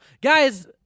Guys